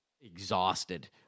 exhausted